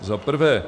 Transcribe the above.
Za prvé.